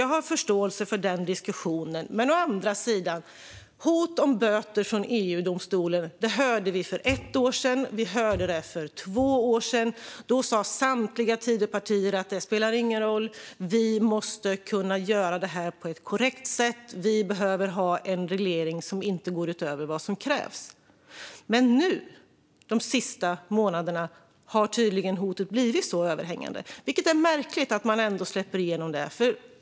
Jag har förståelse för den diskussionen, men å andra sidan hörde vi om hot om böter från EU-domstolen för ett år sedan och för två år sedan. Då sa samtliga Tidöpartier: Det spelar ingen roll. Vi måste kunna göra detta på ett korrekt sätt. Vi behöver ha en reglering som inte går utöver vad som krävs. Men nu, de senaste månaderna, har tydligen hotet blivit överhängande. Det är märkligt att man ändå släpper igenom detta.